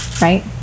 Right